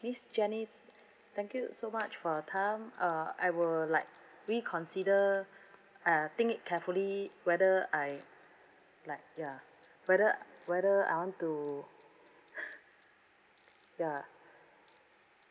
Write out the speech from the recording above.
miss jenny thank you so much for your time uh I will like reconsider uh think it carefully whether I like ya whether whether I want to ya